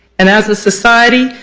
and as a society,